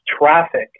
traffic